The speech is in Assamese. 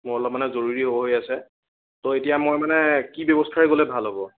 মোৰ অলপ মানে জৰুৰি হৈ আছে ত এতিয়া মই মানে কি ব্যৱস্থাৰে গ'লে ভাল হ'ব